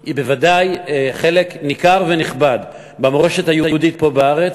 היא ודאי חלק ניכר ונכבד במורשת היהודית פה בארץ,